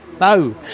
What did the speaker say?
No